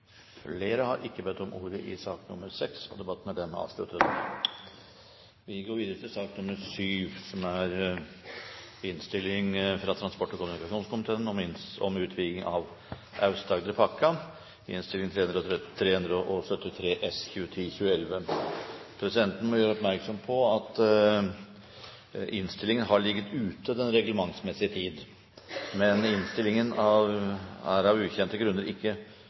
Flere har ikke bedt om ordet til sak nr. 6. Presidenten må gjøre oppmerksom på at innstillingen har ligget ute den reglementsmessige tid, men innstillingen er av ukjente grunner foreløpig ikke